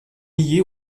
liée